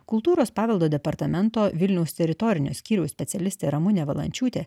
kultūros paveldo departamento vilniaus teritorinio skyriaus specialistė ramunė valančiūtė